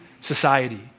society